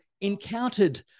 encountered